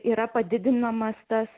yra padidinamas tas